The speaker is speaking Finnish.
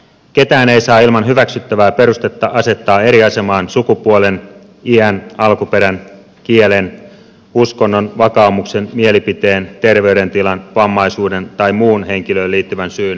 ketään ei saa ilman hyväksyttävää perustetta asettaa eri asemaan sukupuolen iän alkuperän kielen uskonnon vakaumuksen mielipiteen terveydentilan vammaisuuden tai muun henkilöön liittyvän syyn perusteella